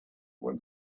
when